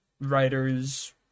writers